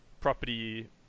property